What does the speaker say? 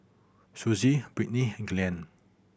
Susie Brittny Glen